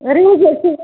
रेजेकसो